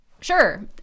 Sure